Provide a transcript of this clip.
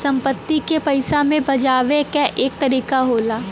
संपत्ति के पइसा मे भजावे क एक तरीका होला